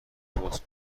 باز